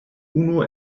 unu